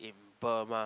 in Burma